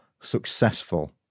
successful